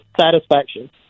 satisfaction